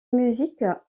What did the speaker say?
musique